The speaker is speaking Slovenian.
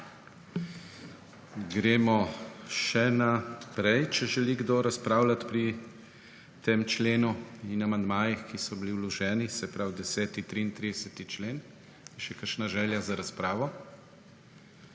Gremo še naprej, če želi kdo razpravljat pri tem členu in amandmajih, ki so bili vloženi, se pravi, 10., 33. člen. Je še kakšna želja za razpravo?